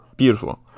Beautiful